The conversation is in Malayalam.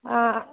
ആ